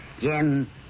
Jim